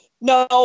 No